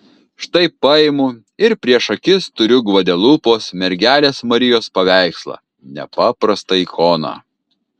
štai paimu ir prieš akis turiu gvadelupos mergelės marijos paveikslą nepaprastą ikoną